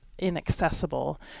inaccessible